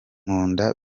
nkunda